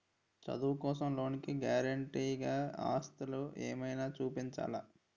చదువు కోసం లోన్ కి గారంటే గా ఆస్తులు ఏమైనా చూపించాలా?